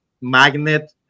magnet